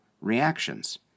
reactions